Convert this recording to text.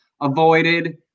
avoided